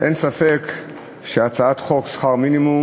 אין ספק שהצעת חוק שכר מינימום